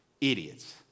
Idiots